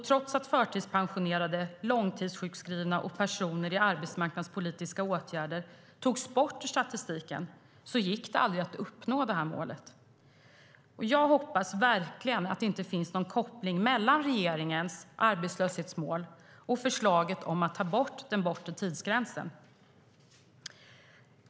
Trots att förtidspensionerade, långtidssjukskrivna och personer i arbetsmarknadspolitiska åtgärder togs bort ur statistiken gick det aldrig att uppnå det målet. Jag hoppas verkligen att det inte finns någon koppling mellan regeringens arbetslöshetsmål och förslaget om att ta bort den bortre tidsgränsen.